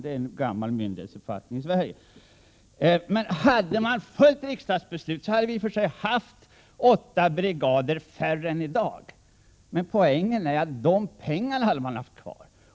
Planering ockanslag Men hade man — det är tankeexperimentet — följt riksdagsbeslutet, hade vi för totalförsvaret haft åtta brigader färre än i dag. Men poängen är att man hade haft pengar till annat.